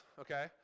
okay